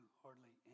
hardly